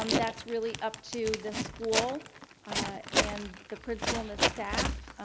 um that's really up to the school and the principal and the staff,